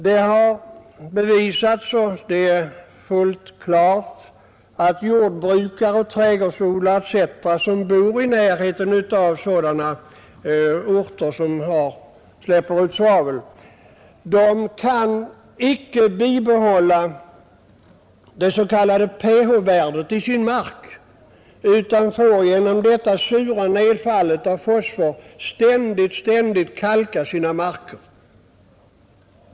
Det har bevisats och är fullt klart att jordbrukare och trädgårdsodlare som bor i närheten av sådana orter som släpper ut svavel icke kan bibehålla det s.k. ph-värdet i sin mark, utan de får på grund av det sura nedfallet ständigt kalka sina marker.